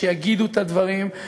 כולנו יודעים את חשיבותה מקום המדינה.